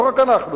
לא רק אנחנו,